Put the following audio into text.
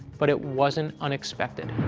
but it wasn't unexpected.